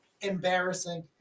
embarrassing